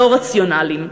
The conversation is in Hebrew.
לא רציונליים.